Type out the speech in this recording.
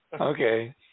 Okay